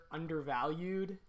undervalued